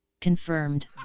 Confirmed